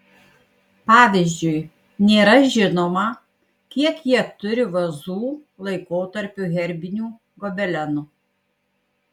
pavyzdžiui nėra žinoma kiek jie turi vazų laikotarpio herbinių gobelenų